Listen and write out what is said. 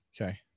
Okay